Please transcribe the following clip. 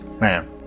Man